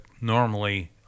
normally